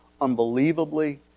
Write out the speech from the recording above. unbelievably